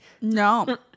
No